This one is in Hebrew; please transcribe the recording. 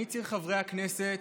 אני צעיר חברי הכנסת,